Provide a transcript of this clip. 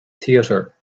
theater